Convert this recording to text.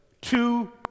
two